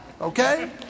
Okay